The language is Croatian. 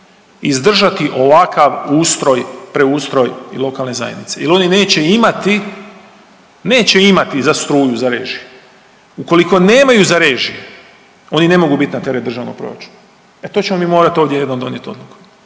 izdržati ovakav ustroj, preustroj lokalne zajednice jel oni neće imati, neće imati za struju i za režije. Ukoliko nemaju za režije oni ne mogu bit na teret državnog proračunam, e to ćemo mi morat ovdje jednom donijet odluku.